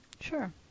Sure